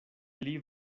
pli